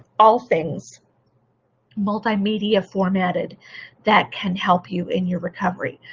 all things multimedia formatted that can help you in your recovery.